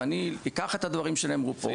ואני אקח את הדברים שנאמרו פה.